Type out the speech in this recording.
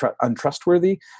untrustworthy